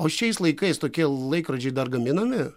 o šiais laikais tokie l laikrodžiai dar gaminami